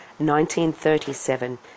1937